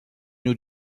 new